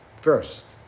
First